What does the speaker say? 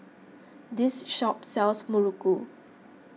this shop sells Muruku